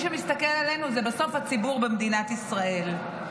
שמסתכל עלינו זה בסוף הציבור במדינת ישראל.